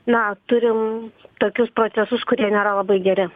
na turim tokius procesus kurie nėra labai geri